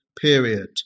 period